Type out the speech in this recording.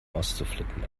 auszuflippen